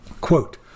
Quote